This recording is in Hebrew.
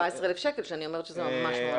ואני אומרת שזה ממש ממש נמוך.